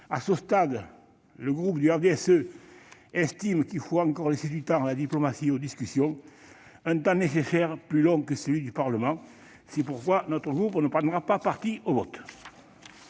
à ce stade, le groupe du RDSE estime qu'il faut encore laisser du temps à la diplomatie et aux discussions. Un temps nécessairement plus long que celui du Parlement. C'est pourquoi nous ne prendrons pas part au vote.